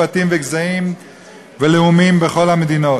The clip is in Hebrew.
שבטים וגזעים ולאומים בכל המדינות.